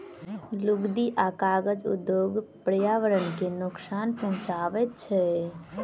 लुगदी आ कागज उद्योग पर्यावरण के नोकसान पहुँचाबैत छै